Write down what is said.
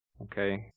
Okay